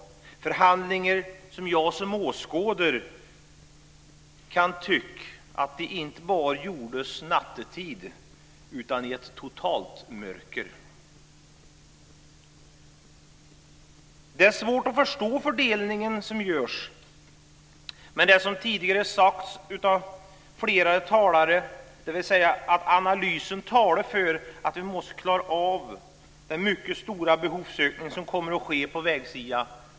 Dessa förhandlingar kan jag som åskådare tycka inte bara gjordes nattetid utan i ett totalt mörker. Det är svårt att förstå den fördelning som görs med tanke på det som tidigare sagts av flera talare, dvs. att analysen talar för att vi måste klara av den mycket stora behovsökning som kommer att ske på vägsidan.